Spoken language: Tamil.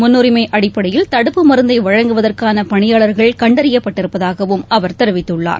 முன்றைிமை அடப்படையில் மருந்தை வழங்குவதற்கான பணியாளர்கள் தடுப்பு கண்டறியப்பட்டிருப்பதாகவும் அவர் தெரிவித்துள்ளார்